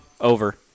Over